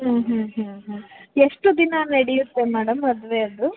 ಹ್ಞೂ ಹ್ಞೂ ಎಷ್ಟು ದಿನ ನಡೆಯುತ್ತೆ ಮೇಡಮ್ ಮದುವೆ ಅದು